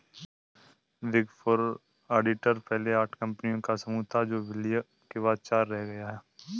big four auditors पहले आठ कंपनियों का समूह था जो विलय के बाद चार रह गया